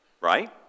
right